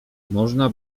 można